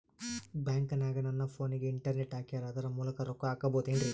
ಬ್ಯಾಂಕನಗ ನನ್ನ ಫೋನಗೆ ಇಂಟರ್ನೆಟ್ ಹಾಕ್ಯಾರ ಅದರ ಮೂಲಕ ರೊಕ್ಕ ಹಾಕಬಹುದೇನ್ರಿ?